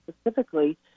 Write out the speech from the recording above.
specifically